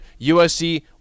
USC